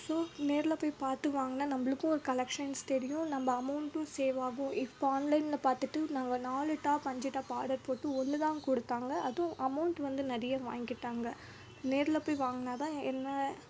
so நேரில் போய் பார்த்து வாங்கினா நம்மளுக்கும் ஒரு கலெக்ஷன்ஸ் தெரியும் நம்ம அமௌண்டும் சேவ் ஆகும் இப்போ ஆன்லைனில் பார்த்துட்டு நாங்கள் நாலு டாப் அஞ்சு டாப் ஆர்டர் போட்டு ஒன்று தான் கொடுத்தாங்க அதுவும் அமௌண்ட் வந்து நிறைய வாங்கிகிட்டாங்க நேரில் போய் வாங்கினா தான் என்ன